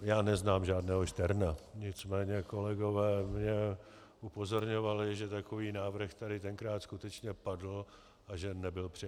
Já neznám žádného Šterna, nicméně kolegové mě upozorňovali, že takový návrh tady tenkrát skutečně padl a že nebyl přijat.